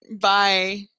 Bye